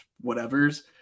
whatever's